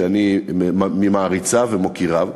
ואני ממעריציו וממוקיריו,